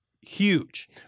huge